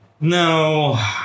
No